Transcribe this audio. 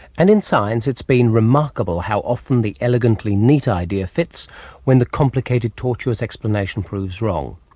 and in science it's been remarkable how often the elegantly neat idea fits when the complicated torturous explanation proves wrong.